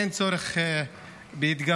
אין צורך בהתגרות,